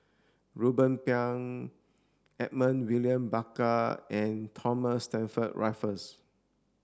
Ruben Pang Edmund William Barker and Thomas Stamford Raffles